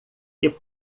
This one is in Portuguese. que